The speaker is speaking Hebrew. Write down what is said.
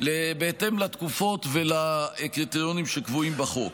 בחו"ל, בהתאם לתקופות ולקריטריונים שקבועים בחוק.